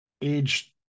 age